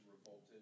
revolted